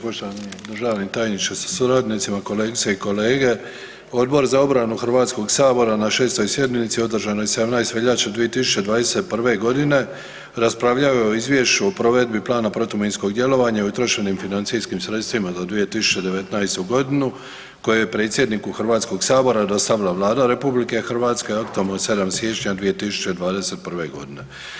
Poštovani državni tajniče sa suradnicima, kolegice i kolege, Odbor za obranu Hrvatskog sabora na 6. sjednici održanoj 18. veljače 2021. godine raspravljao je o izvješću o provedbi plana protuminskog djelovanja i o utrošenim financijskim sredstvima do 2019. godine koje je predsjedniku Hrvatskog sabora dostavila Vlada RH aktom od 7. siječnja 2021. godine.